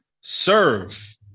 serve